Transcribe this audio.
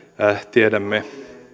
tiedämme